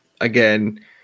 Again